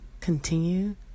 continue